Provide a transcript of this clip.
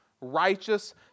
righteous